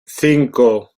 cinco